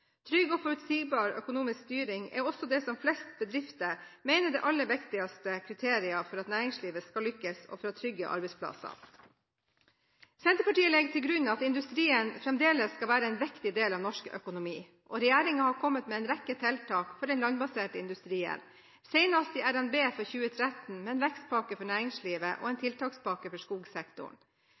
Trygg og forutsigbar økonomisk styring er også det som flest bedrifter mener er det aller viktigste kriteriet for at næringslivet skal lykkes, og for å trygge arbeidsplassene. Senterpartiet legger til grunn at industrien fremdeles skal være en viktig del av norsk økonomi, og regjeringen har kommet med en rekke tiltak for den landbaserte industrien, senest i RNB for 2013 med en vekstpakke for næringslivet og en tiltakspakke for skogsektoren.